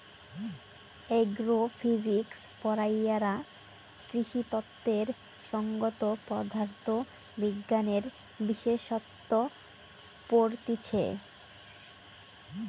agro physics পড়াইয়ারা কৃষিতত্ত্বের সংগত পদার্থ বিজ্ঞানের বিশেষসত্ত পড়তিছে